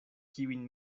kiujn